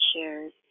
shares